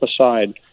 aside